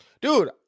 Dude